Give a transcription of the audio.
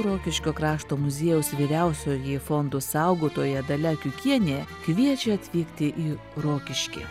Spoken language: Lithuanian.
rokiškio krašto muziejaus vyriausioji fondų saugotoja dalia kiukienė kviečia atvykti į rokiškį